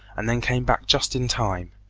and then came back just in time.